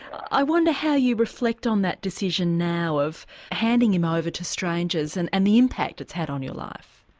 i wonder how you reflect on that decision now of handing him over to strangers and and the impact it's had on your life?